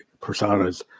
personas